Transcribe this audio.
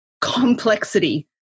complexity